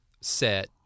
set